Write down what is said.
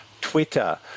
Twitter